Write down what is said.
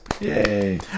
yay